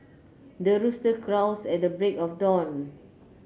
the rooster crows at the break of dawn